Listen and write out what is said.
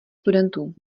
studentů